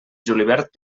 julivert